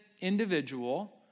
individual